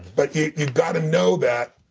but you've got to know that.